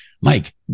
Mike